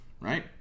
Right